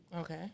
Okay